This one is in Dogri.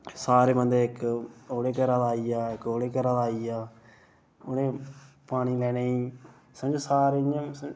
सारे बंदे इक ओकड़े घरा दा आईआ इक ओकड़े घरा दा आईआ उ'नेंई पानी लैनेई समझो सारे इ'यां गै स